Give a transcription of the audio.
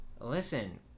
Listen